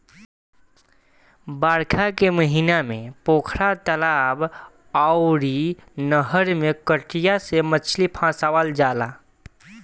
बरखा के महिना में पोखरा, तलाब अउरी नहर में कटिया से मछरी फसावल जाला